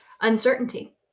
uncertainty